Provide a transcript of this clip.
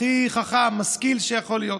הכי חכם ומשכיל שיכול להיות,